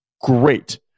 Great